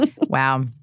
Wow